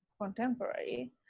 contemporary